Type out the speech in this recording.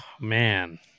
man